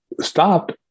stopped